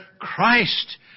Christ